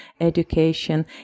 education